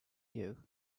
you